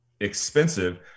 expensive